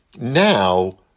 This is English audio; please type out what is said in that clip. Now